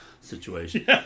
situation